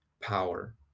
power